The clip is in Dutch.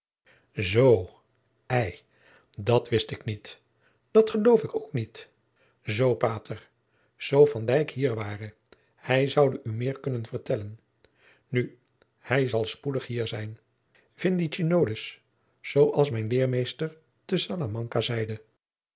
zoo ei dat wist ik niet dat geloof ik ook niet zoo pater zoo van dyk hier ware hij zoude u meer kunnen vertellen nu hij zal spoedig hier zijn vindice nodus zoo als mijn leermeester te salamanka zeide